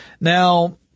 Now